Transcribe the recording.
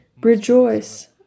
Rejoice